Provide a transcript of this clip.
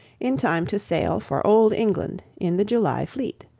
in time to sail for old england in the july fleet.